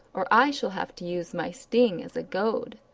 or i shall have to use my sting as a goad.